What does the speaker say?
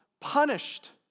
punished